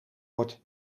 wordt